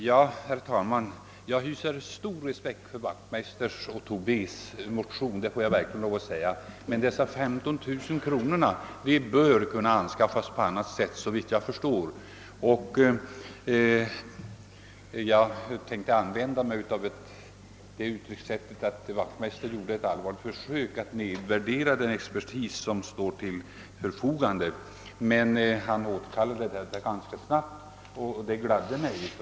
Herr talman! Jag hyser stor respekt för herrar Wachtmeisters och Tobés motion, det vill jag verkligen framhålla. Men anslaget på 15000 kronor bör ändå kunna skaffas från annat håll. Jag tyckte ett tag att herr Wachtmeister gjorde ett allvarligt försök att nedvärdera den expertis som står till naturvårdsverkets förfogande, men han återtog detta ganska snabbt, vilket gladde mig.